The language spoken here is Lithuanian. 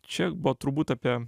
čia buvo turbūt apie